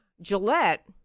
Gillette